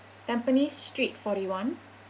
tampines street forty one